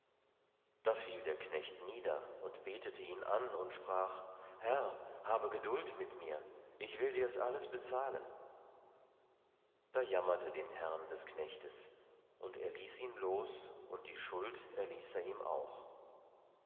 da fiel der knecht nieder und betete ihn an und sprach herr habe geduld mit mir ich will dir's alles bezahlen da jammerte den herrn des knechtes und er ließ ihn los und die schuld erließ er ihm auch